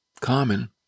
common